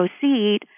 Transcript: proceed